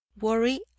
worry